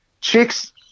chicks